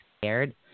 scared